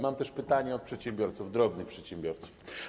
Mam też pytanie o przedsiębiorców, drobnych przedsiębiorców.